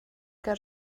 ger